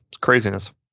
craziness